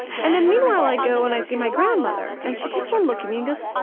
and then, meanwhile, i go and i see my grandmother, and she takes one look at me and goes,